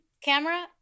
camera